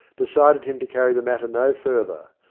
decided him to carry the matter no further,